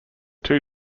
two